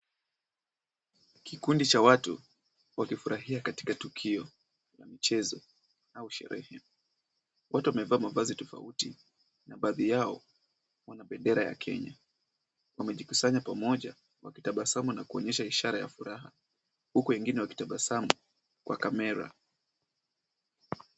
Kikundi cha watu wakifurahia katika tukio la michezo au sherehe. Watu wamevaa mavazi tofauti na baadhi yao wana bendera ya kenya. Wamejikusanya pamoja wakitabasamu na kuonyesha ishara ya furaha. Huku wengine wakitabasamu kwa kamera.